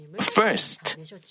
first